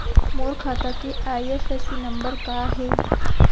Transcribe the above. मोर खाता के IFSC number का हे?